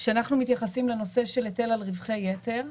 שאנחנו מתייחסים לנושא של היטל על רווחי יתר.